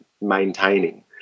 maintaining